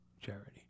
charity